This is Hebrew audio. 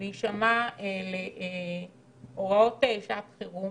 להישמע להוראות שעת חירום,